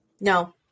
No